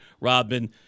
Robin